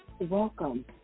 welcome